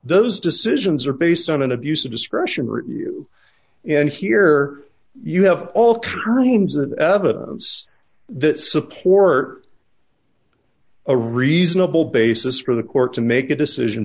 those decisions are based on an abuse of discretion review and here you have all terrains of evidence that support a reasonable basis for the court to make a decision